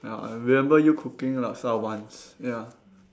ah I remember you cooking laksa once ya